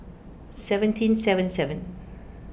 seventeen seven seven